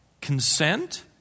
consent